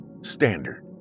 standard